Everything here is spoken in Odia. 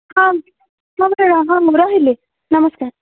ହଁ ହଁ ମୁଁ ରହିଲି ନମସ୍କାର